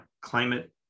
Climate